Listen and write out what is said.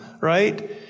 Right